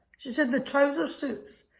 she said the trouser suits.